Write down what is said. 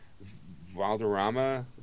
Valderrama